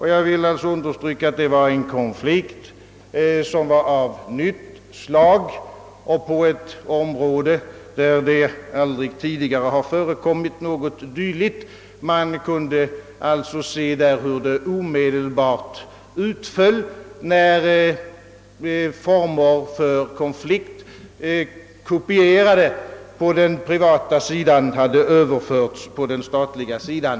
Jag vill understryka att den var en konflikt av nytt slag på ett område där det aldrig tidigare hade förekommit något dylikt. Man kunde alltså omedelbart se hur det utföll när former för konflikt, kopierade på den privata sidans, hade överförts på den statliga sidan.